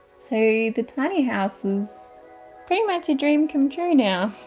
so the tiny house is pretty much a dream come true now